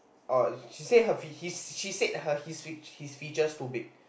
oh she say her she said her his his features too big